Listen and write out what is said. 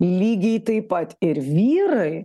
lygiai taip pat ir vyrai